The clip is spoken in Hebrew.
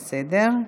בסדר.